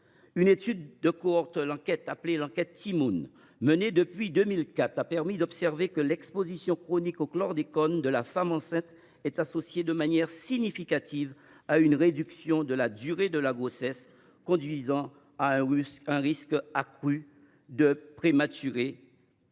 Une étude de cohorte, l’enquête Ti Moun, menée depuis 2004, a permis d’observer que l’exposition chronique au chlordécone de la femme enceinte est associée de manière significative à une réduction de la durée de la grossesse. Ainsi, le risque de prématurité